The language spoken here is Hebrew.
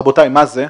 רבותיי מה זה,